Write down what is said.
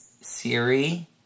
Siri